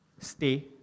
Stay